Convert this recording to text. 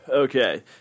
Okay